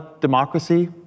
democracy